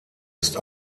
ist